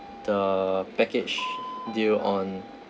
the package deal on